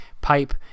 pipe